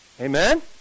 Amen